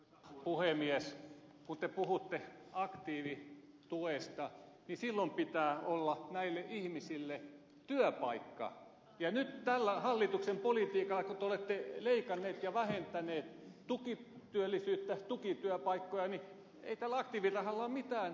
kun te puhutte aktiivituesta niin silloin pitää olla näille ihmisille työpaikka ja nyt tällä hallituksen politiikalla kun te olette leikanneet ja vähentäneet tukityöllisyyttä tukityöpaikkoja ei tällä aktiivirahalla ole mitään virkaa